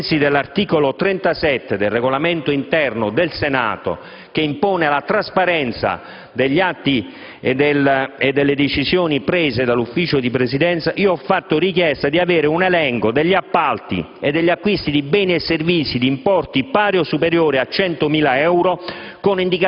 ai sensi dell'articolo 37 del regolamento interno del Senato, che impone la trasparenza degli atti e delle decisioni prese dal Consiglio di Presidenza, di avere l'elenco degli appalti e degli acquisti di beni e servizi di importo pari o superiore a 100.000 euro,